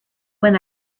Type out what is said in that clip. when